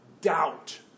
doubt